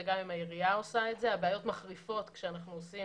הבעיות מחריפות כשאנחנו עושים